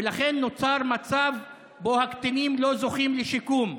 ולכן נוצר מצב שבו הקטינים אינם זוכים לשיקום.